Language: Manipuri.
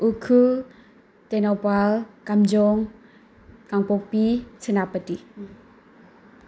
ꯎꯈꯔꯨꯜ ꯇꯦꯡꯅꯧꯄꯜ ꯀꯥꯝꯖꯣꯡ ꯀꯥꯡꯄꯣꯛꯄꯤ ꯁꯦꯅꯥꯄꯇꯤ